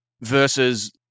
versus